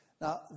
Now